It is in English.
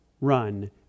run